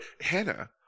Hannah